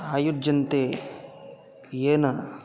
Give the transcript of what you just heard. आयोज्यन्ते येन